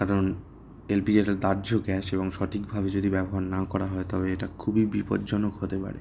কারণ এলপিজি একটা দাহ্য গ্যাস এবং সঠিকভাবে যদি ব্যবহার না করা হয় তবে এটা খুবই বিপজ্জনক হতে পারে